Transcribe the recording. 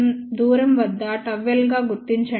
267 దూరం వద్ద ΓL గా గుర్తించండి